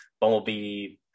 bumblebee